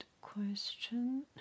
question